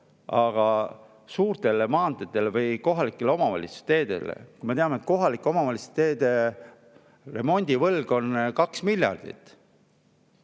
Aga suurtele maanteedele või kohalike omavalitsuste teedele, kui me teame, et kohalike omavalitsuste teede remondivõlg on 2 miljardit?